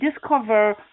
Discover